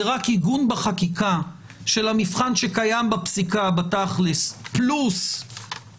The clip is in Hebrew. רק עיגון בחקיקה של המבחן שקיים בפסיקה פלוס פרוצדורה,